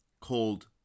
called